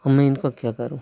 अब मैं इनका क्या करूँ